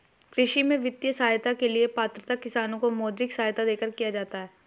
कृषि में वित्तीय सहायता के लिए पात्रता किसानों को मौद्रिक सहायता देकर किया जाता है